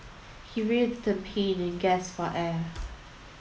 he writhed in pain and gasped for air